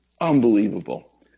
unbelievable